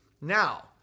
Now